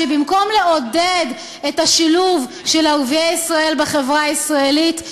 שבמקום לעודד את השילוב של ערביי ישראל בחברה הישראלית,